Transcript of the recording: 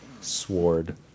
Sword